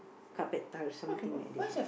carpet tiles something like that